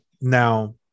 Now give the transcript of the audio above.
Now